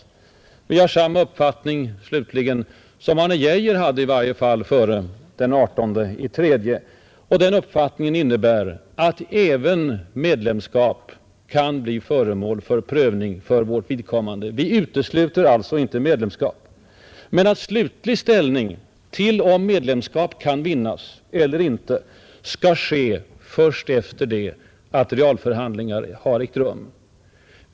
Vi har samma uppfattning, slutligen, som Arne Geijer hade i varje fall före den 18 mars. Och den uppfattningen innebär att även medlemskap kan bli föremål för prövning för Sveriges vidkommande. Vi utesluter alltså inte medlemskap men slutlig ställning till om meälemskap kan vinnas eller inte skall tas först efter det att realförhandlingar har ägt rum.